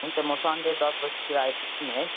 हुन्छ म सन्डे दस बजीतिर आइपुग्छु नि है